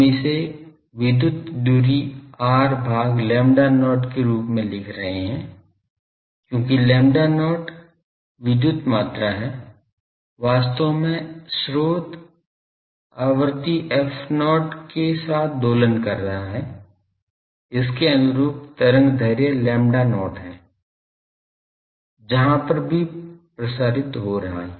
हम इसे विद्युत दूरी r भाग lambda not के रूप में लिख रहे हैं क्योंकि lambda not विद्युत मात्रा है वास्तव में स्रोत आवृत्ति f0 के साथ दोलन कर रहा है इसके अनुरूप तरंग दैर्ध्य लैम्बडा not है जहां पर भी प्रसारित हो रही है